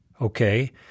Okay